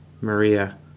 Maria